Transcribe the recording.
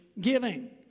giving